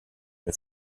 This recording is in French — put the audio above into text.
une